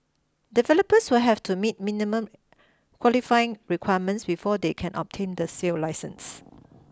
developers will have to meet minimum qualifying requirements before they can obtain the sale licence